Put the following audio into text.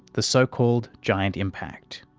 the so-called giant impact.